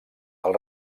del